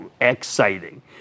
exciting